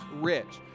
Rich